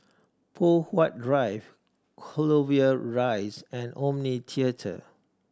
Poh Huat Drive Clover Rise and Omni Theatre